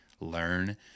learn